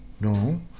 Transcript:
No